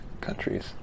countries